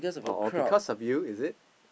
or or because of you is it